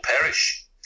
perish